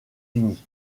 unis